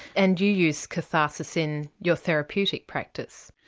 and you use catharsis in your therapeutic practice?